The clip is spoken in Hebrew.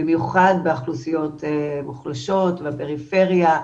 במיוחד באוכלוסיות מוחלשות והפריפריה,